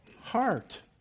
heart